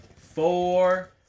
four